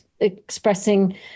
expressing